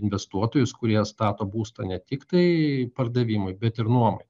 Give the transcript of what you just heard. investuotojus kurie stato būstą ne tiktai pardavimui bet ir nuomai